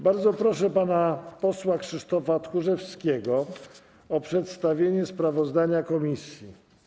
Bardzo proszę pana posła Krzysztofa Tchórzewskiego o przedstawienie sprawozdania komisji.